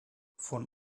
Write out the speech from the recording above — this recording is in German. von